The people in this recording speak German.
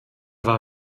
war